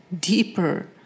deeper